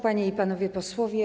Panie i Panowie Posłowie!